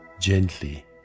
gently